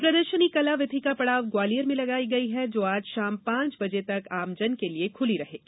यह प्रदर्शनी कला विथिका पड़ाव ग्वालियर में लगाई गई है जो आज शाम पांच बजे तक आमजन के लिए खुली रहेगी